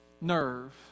nerve